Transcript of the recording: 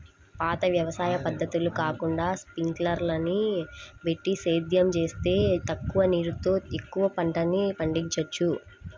పాత వ్యవసాయ పద్ధతులు కాకుండా స్పింకర్లని బెట్టి సేద్యం జేత్తే తక్కువ నీరుతో ఎక్కువ పంటని పండిచ్చొచ్చు